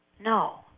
No